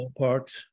ballparks